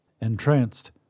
Entranced